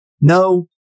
no